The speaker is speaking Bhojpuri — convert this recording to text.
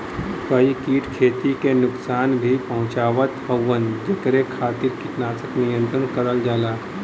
कई कीट खेती के नुकसान भी पहुंचावत हउवन जेकरे खातिर कीटनाशक नियंत्रण करल जाला